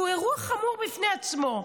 שהוא אירוע חמור בפני עצמו.